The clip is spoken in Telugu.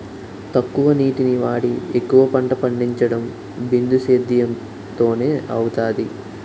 తక్కువ నీటిని వాడి ఎక్కువ పంట పండించడం బిందుసేధ్యేమ్ తోనే అవుతాది